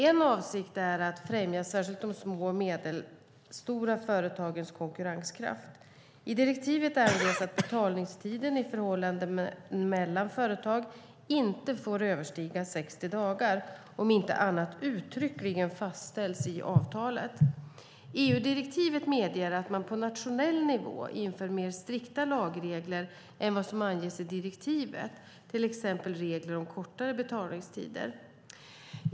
En avsikt är att främja särskilt de små och medelstora företagens konkurrenskraft. I direktivet anges att betalningstiden i förhållanden mellan företag inte får överstiga 60 dagar, om inte annat uttryckligen fastställts i avtalet. EU-direktivet medger att man på nationell nivå inför mer strikta lagregler än vad som anges i direktivet, till exempel regler om kortare betalningstider.